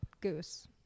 Goose